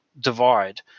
divide